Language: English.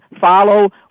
follow